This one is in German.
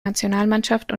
nationalmannschaft